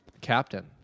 captain